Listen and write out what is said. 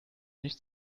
nichts